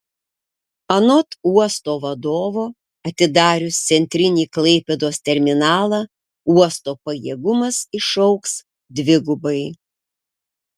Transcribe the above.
anot uosto vadovo atidarius centrinį klaipėdos terminalą uosto pajėgumas išaugs dvigubai